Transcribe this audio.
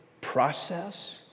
process